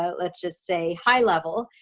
ah let's just say high-level,